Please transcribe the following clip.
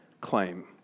claim